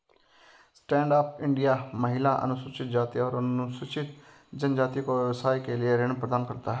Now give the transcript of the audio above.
stand up India महिला, अनुसूचित जाति व अनुसूचित जनजाति को व्यवसाय के लिए ऋण प्रदान करता है